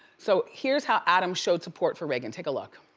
so, here's how adam showed support for reagan, take a look.